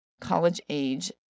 college-age